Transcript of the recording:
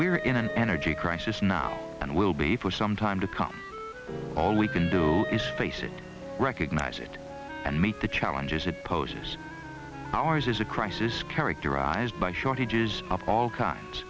we're in an energy crisis now and will be for some time to come all we can do is face it recognize it and meet the challenges it poses ours is a crisis characterized by shortages of all kinds